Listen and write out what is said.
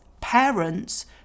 parents